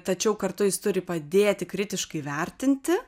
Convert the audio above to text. tačiau kartu jis turi padėti kritiškai vertinti